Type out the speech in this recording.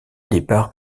départs